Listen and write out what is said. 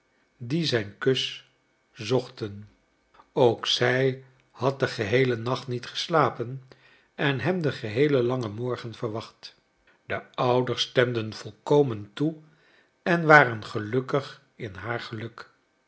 die zijn kus zochten ook zij had den geheelen nacht niet geslapen en hem den geheelen langen morgen verwacht de ouders stemden volkomen toe en waren gelukkig in haar geluk